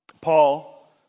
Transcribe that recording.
Paul